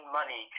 money